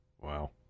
Wow